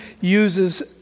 uses